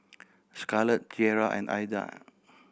Scarlet Tiera and Aida